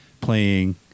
playing